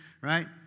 right